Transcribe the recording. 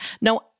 No